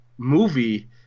movie